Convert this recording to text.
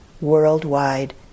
worldwide